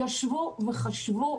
ישבו וחשבו